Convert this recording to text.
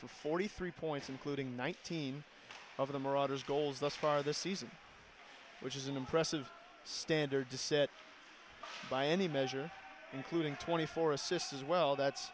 for forty three points including nineteen of them are authors goals thus far this season which is an impressive standard to set by any measure including twenty four assists as well that's